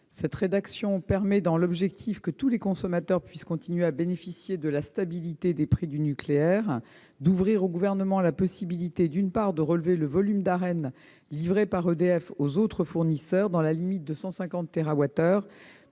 Cette rédaction permet, dans l'objectif que tous les consommateurs puissent continuer à bénéficier de la stabilité des prix du nucléaire, d'ouvrir au Gouvernement la possibilité de relever le volume de l'Arenh, dans la limite de 150